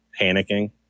panicking